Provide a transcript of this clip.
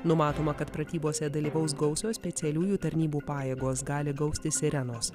numatoma kad pratybose dalyvaus gausios specialiųjų tarnybų pajėgos gali gausti sirenos